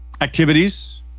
activities